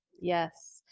Yes